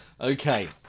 Okay